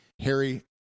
Harry